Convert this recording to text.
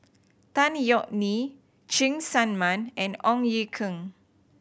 Tan Yeok Nee Cheng Tsang Man and Ong Ye Kung